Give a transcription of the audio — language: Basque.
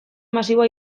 masiboa